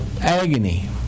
agony